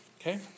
Okay